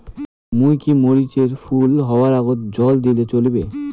মুই কি মরিচ এর ফুল হাওয়ার আগত জল দিলে চলবে?